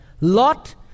Lot